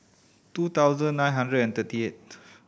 two thousand nine hundred and thirty eighth